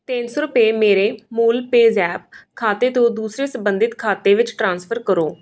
ਤਿੰਨ ਸੌ ਰੁਪਏ ਮੇਰੇ ਮੂਲ ਪੇਜ਼ੈਪ ਖਾਤੇ ਤੋਂ ਦੂਸਰੇ ਸੰਬੰਧਿਤ ਖਾਤੇ ਵਿੱਚ ਟ੍ਰਾਂਸਫਰ ਕਰੋ